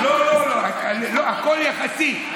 לא, לא, לא, הכול יחסי.